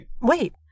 Wait